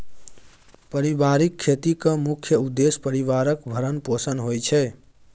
परिबारिक खेतीक मुख्य उद्देश्य परिबारक भरण पोषण होइ छै